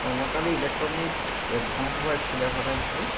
অঁ মই কালি ইলেক্ট্ৰনিক দোকান এখনৰপৰা স্ক্ৰুড্ৰাইভাৰ এডাল আনিছিলোঁ